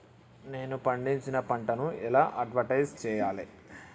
నేను పండించిన పంటను ఎలా అడ్వటైస్ చెయ్యాలే?